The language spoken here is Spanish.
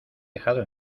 dejado